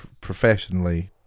professionally